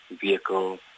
vehicle